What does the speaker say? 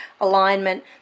alignment